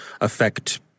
affect